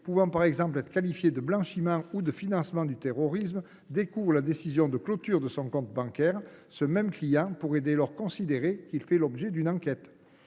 pouvant, par exemple, être qualifiés de blanchiment ou de financement du terrorisme découvre la décision de clôture de son compte bancaire, il pourrait dès lors considérer qu’il fait l’objet d’une enquête.